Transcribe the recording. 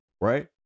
right